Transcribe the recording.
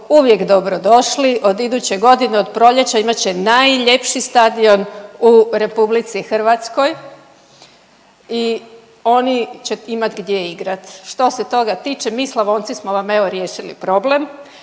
uvijek dobro došli. Od iduće godine od proljeća imat će najljepši stadion u RH i oni će imati gdje igrati. Što se toga tiče mi Slavonci smo vam evo riješili problem,